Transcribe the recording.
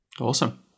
Awesome